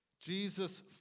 Jesus